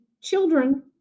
children